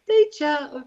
tai čia